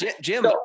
Jim